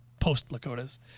post-Lakota's